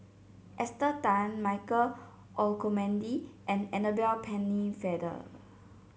Esther Tan Michael Olcomendy and Annabel Pennefather